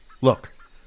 look